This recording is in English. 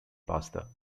pasta